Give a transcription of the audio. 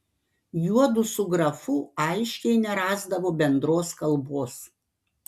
juodu su grafu aiškiai nerasdavo bendros kalbos